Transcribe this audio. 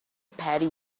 petty